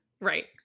Right